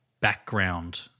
background